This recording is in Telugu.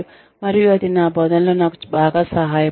మరియు అది నా బోధనలో నాకు బాగా సహాయపడింది